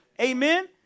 Amen